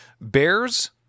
bears